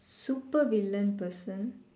super villain person